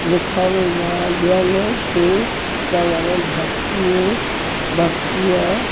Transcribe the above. लिखनि या ॿियनि खे चवनि भक्तीअ भक्तीअ